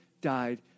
died